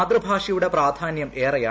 മാതൃഭാഷയുടെ പ്രാധാന്യം ഏറെയാണ്